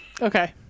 Okay